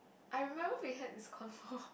I remember we had this convo